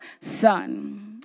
son